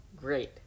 great